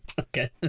Okay